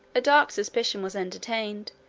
a dark suspicion was entertained,